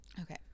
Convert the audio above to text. Okay